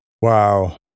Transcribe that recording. wow